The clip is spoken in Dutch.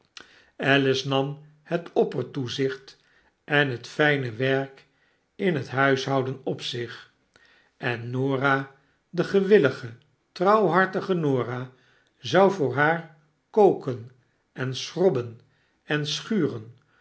alice nam het oppertoezicht en het fijne werk in het huishouden op zich en norah de gewillige trouwhartige norah zou voor haar koken en schrobben en schuren